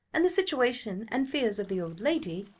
and the situation and fears of the old lady,